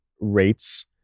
rates